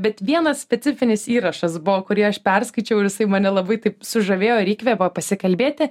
bet vienas specifinis įrašas buvo kurį aš perskaičiau ir jisai mane labai taip sužavėjo ir įkvėpė pasikalbėti